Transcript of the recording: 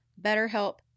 BetterHelp